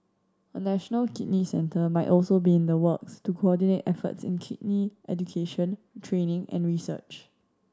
a national kidney centre might also be in the works to coordinate efforts in kidney education training and research